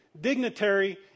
dignitary